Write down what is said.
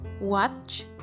Watch